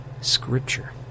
Scripture